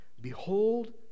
Behold